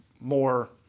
more